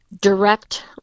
direct